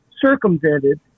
circumvented